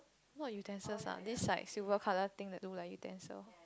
not utensils lah this like silver colour thing that look like utensils